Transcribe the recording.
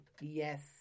Yes